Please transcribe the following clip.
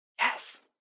Yes